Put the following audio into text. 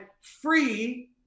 free